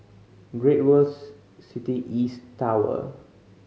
Great World City East Tower